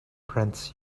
prince